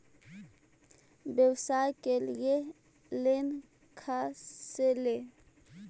व्यवसाय के लिये लोन खा से ले?